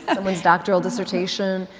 someone's doctoral dissertation,